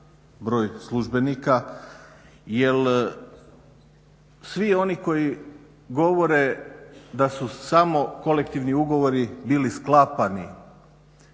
broj službenika. Jer svi oni koji govore da su samo kolektivni ugovori bili sklapani